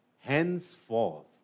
Henceforth